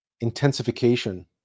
intensification